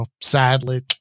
sadly